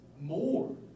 more